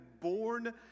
born